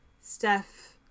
Steph